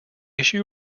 issue